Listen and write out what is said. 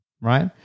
right